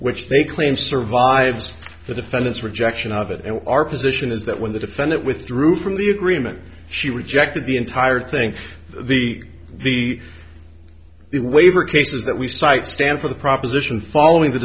they claim survives the defendant's rejection of it and our position is that when the defendant withdrew from the agreement she rejected the entire thing the the the waiver cases that we cite stand for the proposition following the